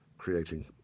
creating